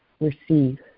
receive